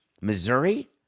Missouri